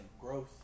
growth